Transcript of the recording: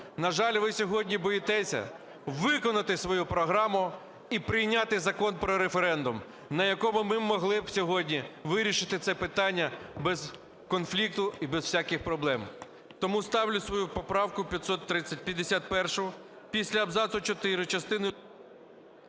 На жаль, ви сьогодні боїтеся виконати свою програму і прийняти закон про референдум, на якому ми могли б сьогодні вирішити це питання без конфлікту і без всяких проблем. Тому ставлю свою поправку 551: після абзацу четвертого